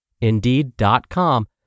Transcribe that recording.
Indeed.com